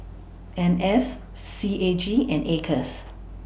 N S C A G and Acres